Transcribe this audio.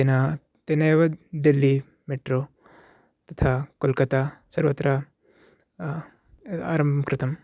तेन तेनैव दिल्ली मेट्रो तथा कोल्कता सर्वत्र आरम्भं कृतम्